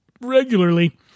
regularly